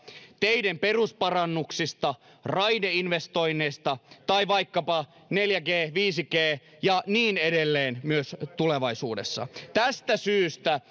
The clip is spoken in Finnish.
teiden perusparannuksista raideinvestoinneista tai vaikkapa neljä g stä viisi g stä ja niin edelleen myös tulevaisuudessa tästä syystä